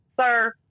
Sir